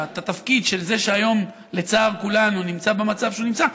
את התפקיד של זה שהיום לצער כולנו נמצא במצב שהוא נמצא,